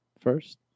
first